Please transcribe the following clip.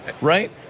right